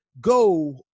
go